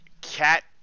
cat